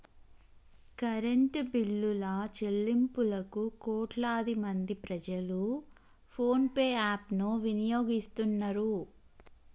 current బిల్లుల చెల్లింపులకు కోట్లాది మంది ప్రజలు ఫోన్ పే యాప్ ను వినియోగిస్తున్నరు